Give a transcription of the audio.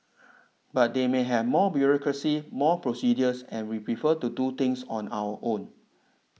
but they may have more bureaucracy more procedures and we prefer to do things on our own